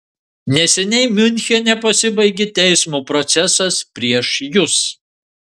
neseniai miunchene pasibaigė teismo procesas prieš jus